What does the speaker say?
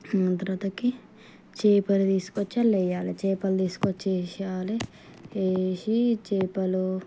తరువాతకి చేపని తీసుకొచ్చి అండ్ల వేయాలి చేపలు తీసుకొచ్చి వేసేయాలి వేసి చేపలు